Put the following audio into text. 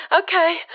Okay